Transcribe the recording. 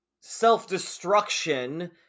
self-destruction